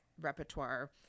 repertoire